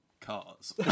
cars